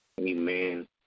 Amen